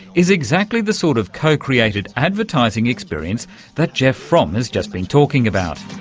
is exactly the sort of co-created advertising experience that jeff fromm has just been talking about.